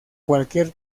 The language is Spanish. cualquier